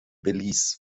belize